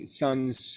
son's